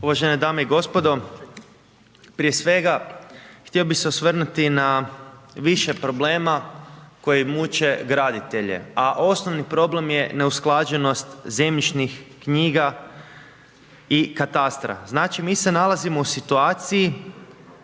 Uvažene dame i gospodo. Prije svega, htio bi se osvrnuti na više problema koje muče graditelje, a osnovni problem je neusklađenost zemljišnih knjiga i katastra. Znači mi se nalazimo u situaciji